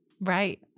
Right